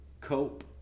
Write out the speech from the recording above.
cope